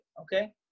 Okay